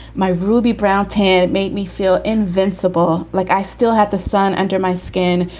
my ruby brown tent made me feel invincible, like i still have the sun under my skin,